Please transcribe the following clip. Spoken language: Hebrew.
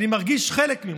אני מרגיש חלק ממך.